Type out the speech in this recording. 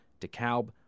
DeKalb